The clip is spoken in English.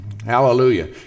Hallelujah